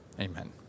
amen